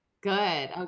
Good